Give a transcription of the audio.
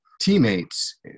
teammates